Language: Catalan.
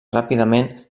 ràpidament